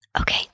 Okay